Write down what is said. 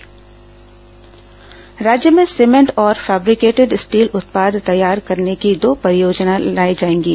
MoU राज्य में cement और फेब्रिकेटेड स्टील उत्पाद तैयार करने की दो परियोजनाएं लगाई जाएंगी